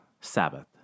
Sabbath